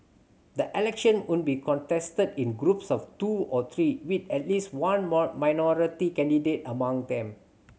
the election would be contested in groups of two or three with at least one minority candidate among them